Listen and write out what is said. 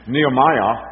Nehemiah